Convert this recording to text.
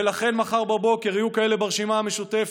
ולכן מחר בבוקר יהיו כאלה ברשימה המשותפת,